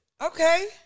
Okay